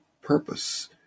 purpose